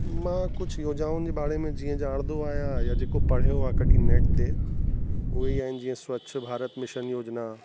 मां कुझु योजनाउनि जे बारे में जीअं ॼाणंदो आहियां या जेको पढ़ियो आहे कॾहिं नैट ते उहो ई आहिनि जीअं स्वच्छ भारत मिशन योजना